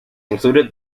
included